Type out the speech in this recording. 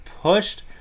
pushed